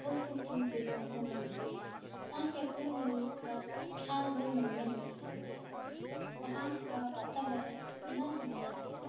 बहुत सी चीज़ देखने को मिलती है हाँ टेक्नोमेलि का ख़्याल भी मन में नहीं आता है वहाँ का वातावरण इतना सुंदर है